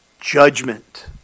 Judgment